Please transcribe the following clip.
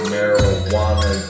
Marijuana